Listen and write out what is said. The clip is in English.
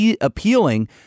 appealing